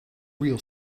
real